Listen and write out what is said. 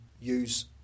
use